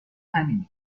همینه